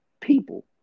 people